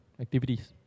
activities